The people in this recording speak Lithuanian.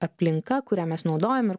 aplinka kurią mes naudojam ir